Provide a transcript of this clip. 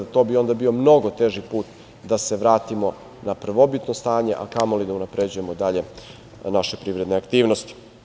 To bi onda bio mnogo teži put da se vratimo na prvobitno stanje, a kamo li da unapređujemo dalje naše privredne aktivnosti.